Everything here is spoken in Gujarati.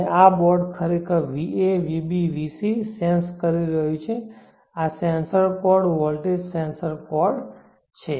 તો આ બોર્ડ ખરેખર va vb vc સેન્સ કરી રહ્યું છે છે આ sensor cord voltage sensor cord છે